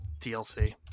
DLC